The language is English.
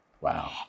Wow